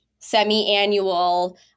semi-annual